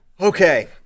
Okay